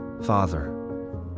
Father